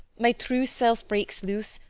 my true self breaks loose,